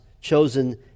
chosen